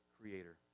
Creator